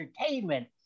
entertainment